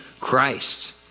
Christ